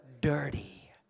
dirty